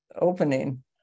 opening